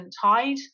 tide